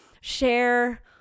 share